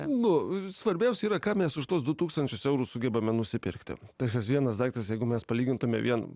nu svarbiausia yra ką mes už tuos du tūkstančius eurų sugebame nusipirkti tai vienas daiktas jeigu mes palygintume vien